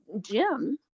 Jim